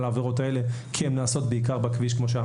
העבירות האלה כי כמו שאמרתי הן נעשות בעיקר בכביש.